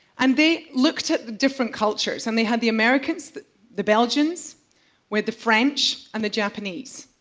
and they looked at the different cultures, and they had the americans, the the belgians with the french, and the japanese.